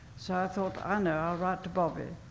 so i thought, i know, i'll write to bobby,